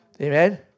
Amen